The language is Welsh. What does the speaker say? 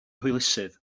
hwylusydd